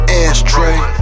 ashtray